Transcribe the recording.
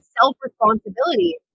self-responsibility